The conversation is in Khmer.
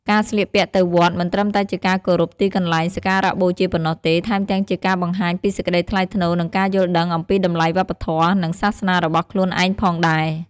ការស្លៀកពាក់ទៅវត្តមិនត្រឹមតែជាការគោរពទីកន្លែងសក្ការបូជាប៉ុណ្ណោះទេ ថែមទាំងជាការបង្ហាញពីសេចក្តីថ្លៃថ្នូរ និងការយល់ដឹងអំពីតម្លៃវប្បធម៌ និងសាសនារបស់ខ្លួនឯងផងដែរ។